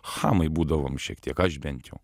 chamai būdavom šiek tiek aš bent jau